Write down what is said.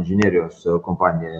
inžinerijos kompanija